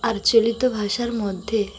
আর চলিত ভাষার মধ্যে